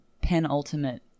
penultimate